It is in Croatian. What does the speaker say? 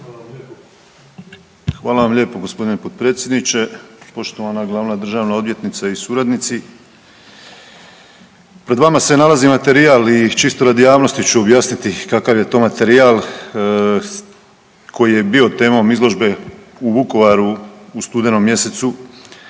Hvala vam lijepo g. potpredsjedniče. Poštovana glavna državna odvjetnice i suradnici. Pred vama se nalazi materijal i čisto radi javnosti ću objasniti kakav je to materijal koji je bio temom izložbe u Vukovaru u studenom mjesecu